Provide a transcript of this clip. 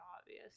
obvious